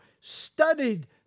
studied